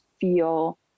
feel